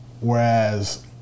Whereas